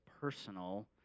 personal